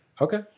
Okay